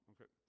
Okay